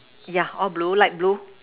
yeah all blue light blue